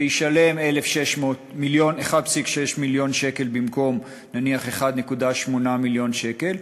וישלם 1.6 מיליון שקל במקום נניח 1.8 מיליון שקל,